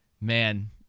Man